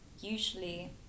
usually